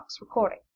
recording